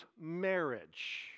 marriage